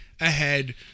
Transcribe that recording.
ahead